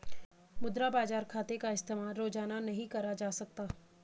मुद्रा बाजार खाते का इस्तेमाल रोज़ाना नहीं करा जा सकता